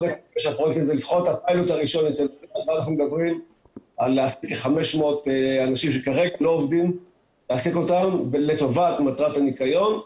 אנחנו מדברים על העסקת 500 אנשים שלא עובדים לטובת מטרת הניקיון.